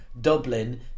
Dublin